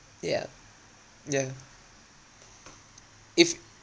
yeah yeah if